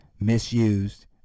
misused